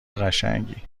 قشنگی